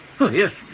Yes